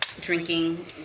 drinking